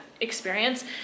experience